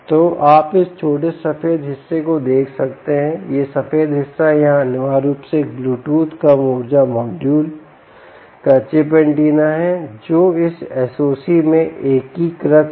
तो आप इस छोटे से सफेद हिस्से को देख सकते हैं यह सफेद हिस्सा है यहाँ अनिवार्य रूप से एक ब्लूटूथ कम ऊर्जा मॉड्यूल का चिप एंटीना है जो इस एसओसीमें एकीकृत है